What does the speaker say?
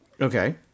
Okay